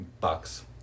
bucks